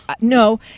no